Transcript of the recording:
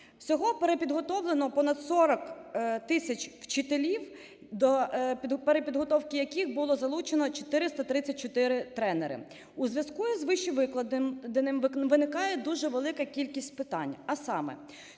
Всього перепідготовлено понад 40 тисяч вчителів, до перепідготовки яких було залучено 434 тренери. У зв'язку з вищевикладеним виникає дуже велика кількість питань, а саме: